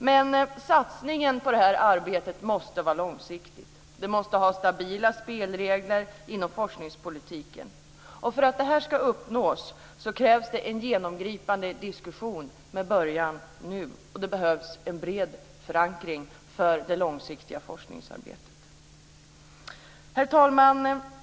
Men satsningen på det arbetet måste vara långsiktig. Det måste finnas stabila spelregler inom forskningspolitiken. För att det ska uppnås detta krävs en genomgripande diskussion med början nu. Det behövs en bred förankring för det långsiktiga forskningsarbetet. Herr talman!